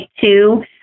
two